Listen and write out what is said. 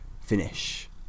finish